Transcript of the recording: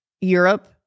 Europe